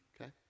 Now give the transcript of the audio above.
Okay